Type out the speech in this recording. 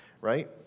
right